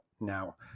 Now